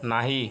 नाही